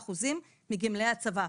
96% מגמלאי הצבא.